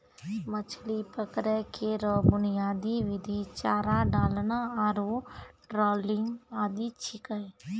मछरी पकड़ै केरो बुनियादी विधि चारा डालना आरु ट्रॉलिंग आदि छिकै